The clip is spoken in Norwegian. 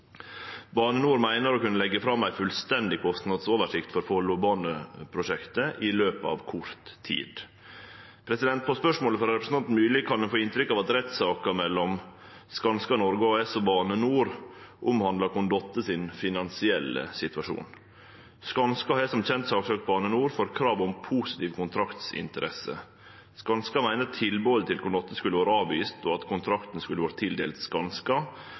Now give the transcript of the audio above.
meiner å kunne leggje fram ei fullstendig kostnadsoversikt for Follobane-prosjektet i løpet av kort tid. På spørsmålet frå representanten Myrli kan ein få inntrykk av at rettssaka mellom Skanska Norge AS og Bane NOR omhandlar Condotte sin finansielle situasjon. Skanska har som kjend saksøkt Bane NOR for krav om positiv kontraktsinteresse. Skanska meiner tilbodet til Condotte skulle vorte avvist, og at kontrakten skulle vore tildelt Skanska